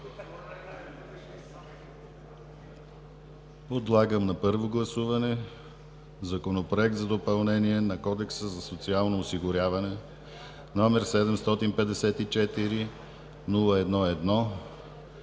Подлагам на първо гласуване Законопроект за допълнение на Кодекса за социално осигуряване, № 754-01-1,